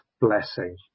blessing